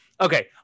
Okay